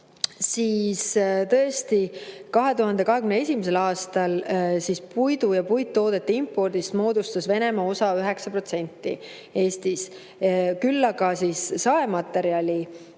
siis tõesti 2021. aastal puidu ja puittoodete impordist moodustas Venemaa osa 9% Eestis. Küll aga saematerjali